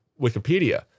Wikipedia